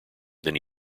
then